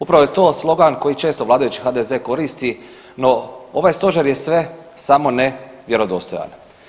Upravo je to slogan koji često vladajući HDZ koristi, no ovaj stožer je sve samo ne vjerodostojan.